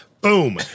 Boom